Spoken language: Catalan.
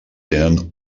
tenen